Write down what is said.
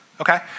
Okay